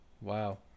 wow